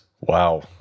wow